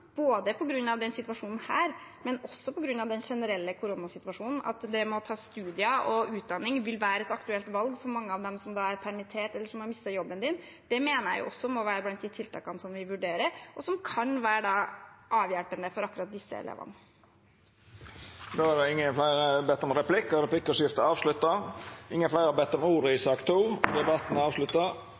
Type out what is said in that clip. både på grunn av denne situasjonen og også på grunn av den generelle koronasituasjonen – at det å ta studier og utdanning vil være et aktuelt valg for mange av dem som er permittert eller har mistet jobben sin – mener jeg også må være blant tiltakene vi vurderer, og som kan være avhjelpende for akkurat disse elevene. Fleire har ikkje bedt om replikk, og fleire har heller ikkje bedt om ordet til sak nr. 2. Etter ønske frå næringskomiteen vil presidenten ordna debatten